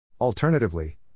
Alternatively